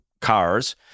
cars